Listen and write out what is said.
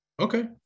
Okay